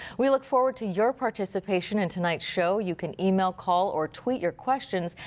we look forward to your participation in tonight's show. you can email, call or tweet your questions.